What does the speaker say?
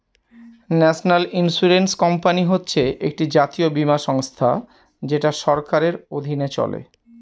national insurance company হচ্ছে একটি জাতীয় বীমা সংস্থা যেটা সরকারের অধীনে চলে